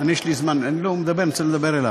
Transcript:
יש לי זמן, אני רוצה לדבר אליו.